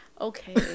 okay